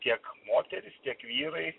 tiek moterys tiek vyrai